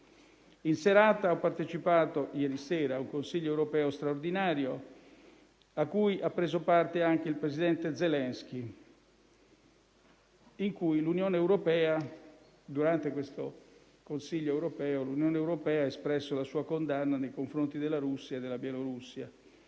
di ieri ho partecipato al Consiglio europeo straordinario, cui ha preso parte anche il presidente Zelensky, durante il quale l'Unione europea ha espresso la sua condanna nei confronti della Russia e della Bielorussia.